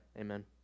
amen